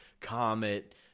Comet